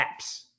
apps